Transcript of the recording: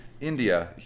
India